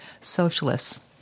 socialists